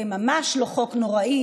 זה ממש לא חוק נוראי,